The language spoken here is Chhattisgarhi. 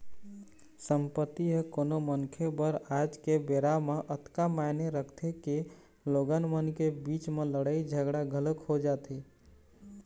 संपत्ति ह कोनो मनखे बर आज के बेरा म अतका मायने रखथे के लोगन मन के बीच म लड़ाई झगड़ा घलोक हो जाथे